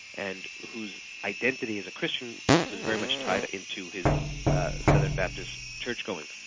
and whose identity as a christian was very much tied into his southern baptist churchgoing.